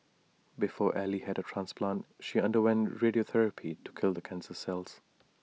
before ally had A transplant she underwent radiotherapy to kill the cancer cells